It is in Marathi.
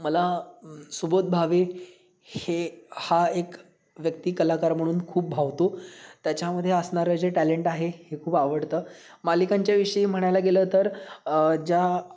मला सुबोध भावे हे हा एक व्यक्ती कलाकार म्हणून खूप भावतो त्याच्यामध्ये असणारं जे टॅलेंट आहे हे खूप आवडतं मालिकांच्या विषयी म्हणायला गेलं तर ज्या